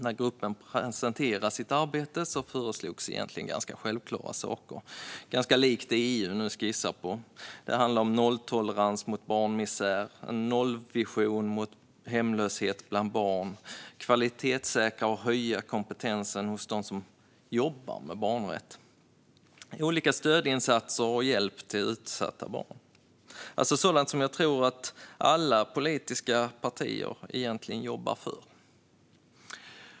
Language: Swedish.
När gruppen presenterade sitt arbete föreslogs egentligen ganska självklara saker - ganska lika de som EU nu skissar på. Det handlade om nolltolerans mot barnmisär, en nollvision mot hemlöshet bland barn, att kvalitetssäkra och höja kompetensen hos dem som jobbar med barnrätt och olika stödinsatser och hjälp till utsatta barn. Det var alltså sådant som jag tror att alla politiska partier egentligen jobbar för.